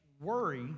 worry